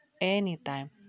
anytime